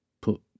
put